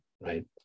right